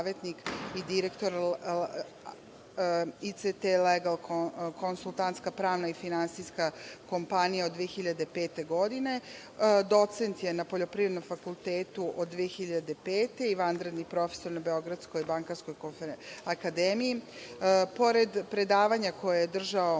i direktor „ICT Legal“, konsultantska, pravna i finansijska kompanija, od 2005. godine. Docent je na Poljoprivrednom fakultetu od 2005. godine i vanredni profesor na Beogradskoj bankarskoj akademiji. Pored predavanja koja je držao